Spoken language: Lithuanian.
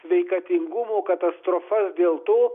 sveikatingumo katastrofas dėl to